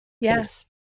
Yes